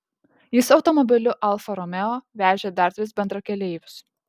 jis automobiliu alfa romeo vežė dar tris bendrakeleivius